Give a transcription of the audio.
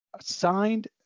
signed